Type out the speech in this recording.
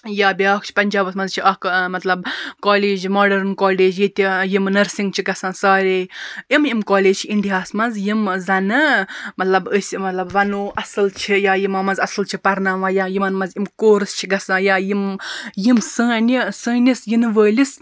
یا بیاکھ چھ پَنجابَس مَنٛز چھ اکھ مَطلَب کالج ماڈٲرٕنۍ کالج ییٚتہِ یِم نٔرسِنٛگ چھ گَژھان سارے یِم یِم کالج چھِ اِنڈیا ہَس مَنٛز یِم زَنہٕ مطلب أسۍ مَطلَب وَنو اصٕل چھِ یا یِمن مَنٛز اصٕل چھِ پَرناوان یا یِمَن مَنٛز یِم کورس چھ گَژھان یا یِم یِم سٲنٛۍ یہِ سٲنِس یِنہٕ وٲلِس